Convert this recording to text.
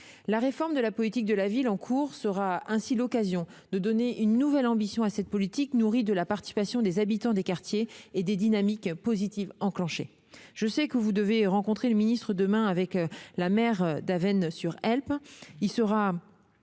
en cours de la politique de la ville sera ainsi l'occasion de donner une nouvelle ambition à cette politique, nourrie de la participation des habitants des quartiers et des dynamiques positives enclenchées. Je sais que vous devez, demain, rencontrer M. le ministre avec la maire d'Avesnes-sur-Helpe. Il sera